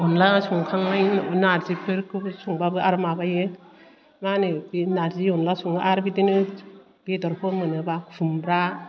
अनदला संखांनायनि नार्जिफोरखौबो संबाबो आरो माबायो मा होनो बे नार्जि अनला सङो आर बिदिनो बेदरखौ मोनोबा खुमब्रा